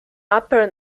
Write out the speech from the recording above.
upper